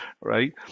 right